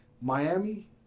Miami